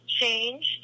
changed